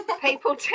people